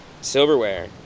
silverware